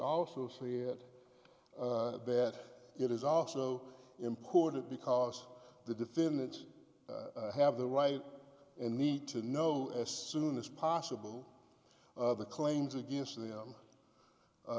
also see it that it is also important because the defendants have the right and need to know as soon as possible of the claims against them